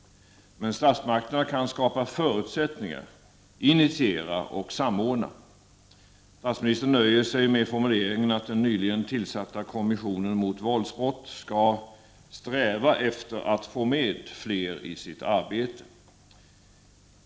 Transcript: Men statsmakterna kan skapa förutsättningar, initiera och samordna. Statsministern nöjer sig med formuleringen att den nyligen tillsatta kommissionen mot våldsbrott skall sträva efter att få med fler i sitt arbete.